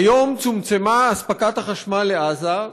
היום צומצמה אספקת החשמל לעזה,